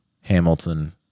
Hamilton